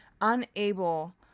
unable